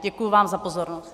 Děkuji vám za pozornost.